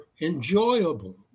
enjoyable